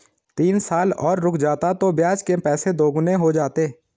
तीन साल और रुक जाता तो ब्याज के पैसे दोगुने हो जाते